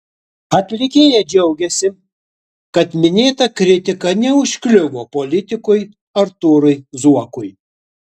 atlikėja džiaugiasi kad minėta kritika neužkliuvo politikui artūrui zuokui